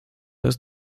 jest